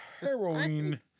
heroin